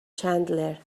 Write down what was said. چندلر